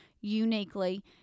uniquely